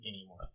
anymore